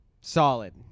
solid